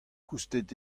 koustet